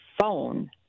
phone